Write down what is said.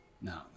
no